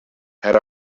had